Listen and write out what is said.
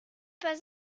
pas